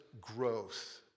growth